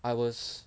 I was